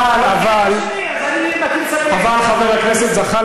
החלק הראשון, קלקולים, אז בחלק השני אני מטיל ספק.